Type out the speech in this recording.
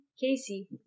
Casey